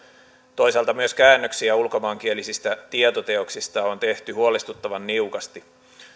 toisaalta myös käännöksiä ulkomaankielisistä tietoteoksista on tehty huolestuttavan niukasti